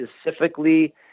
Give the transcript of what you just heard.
specifically